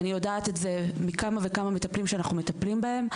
אני יודעת את זה מכמה וכמה מטפלים שאנחנו מטפלים בהם.